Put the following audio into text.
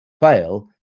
fail